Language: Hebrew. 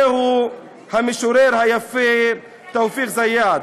זהו המשורר היפה תאופיק זיאד.